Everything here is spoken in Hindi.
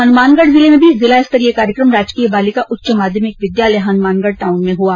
हनुमानगढ जिले में भी जिला स्तरीय कार्यक्रम राजकीय बालिका उच्च माध्यमिक विद्यालय हनुमानगढ़ टाउन में हुआ